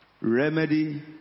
remedy